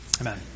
amen